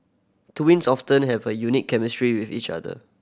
twins often have a unique chemistry with each other